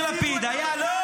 העם יחליט, העם יחליט.